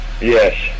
Yes